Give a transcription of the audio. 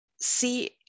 see